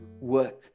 work